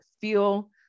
feel